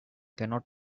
cannot